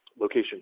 location